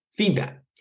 Feedback